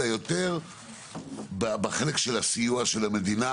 אלא, יותר בחלק של הסיוע של המדינה.